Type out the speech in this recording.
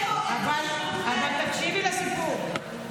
תקשיבי לסיפור.